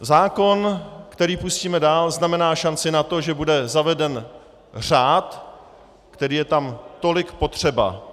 Zákon, který pustíme dál, znamená šanci na to, že bude zaveden řád, který je tam tolik potřeba.